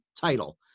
title